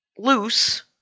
loose